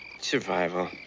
Survival